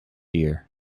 year